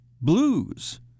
blues